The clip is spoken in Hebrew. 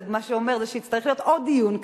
מה שזה אומר זה שיצטרך להיות עוד דיון כאן,